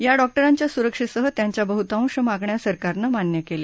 या डॉक्टरांच्या सुरक्षेसह त्यांच्या बहुतांश मागण्या सरकारनं मान्य केल्या